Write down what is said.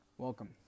Welcome